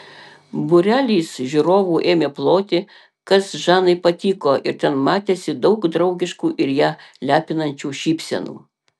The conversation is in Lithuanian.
būrelis žiūrovų ėmė ploti kas žanai patiko ir ten matėsi daug draugiškų ir ją lepinančių šypsenų